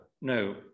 no